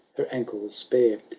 her ankles bare,